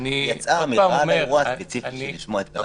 יצאה אמירה על האירוע הספציפי שלשמו התכנסנו?